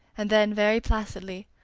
and then, very placidly,